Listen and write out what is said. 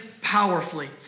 powerfully